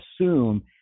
assume